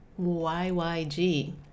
YYG